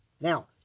Now